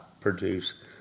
produce